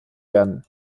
werden